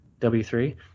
w3